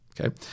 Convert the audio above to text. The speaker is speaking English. okay